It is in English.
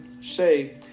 say